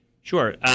Sure